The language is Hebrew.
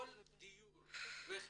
דיור וחינוך.